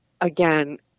again